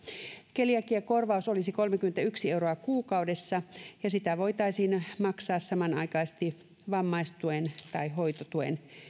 keliakiakorvaus olisi kolmekymmentäyksi euroa kuukaudessa ja sitä voitaisiin maksaa samanaikaisesti vammaistuen tai hoitotuen